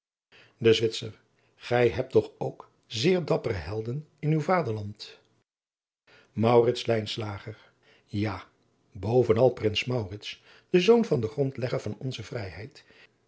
de zwitser gij hebt toch ook zeer dappere helden in uw vaderland maurits lijnslager ja bovenal prins maurits de zoon van den grondlegger van onze vrijheid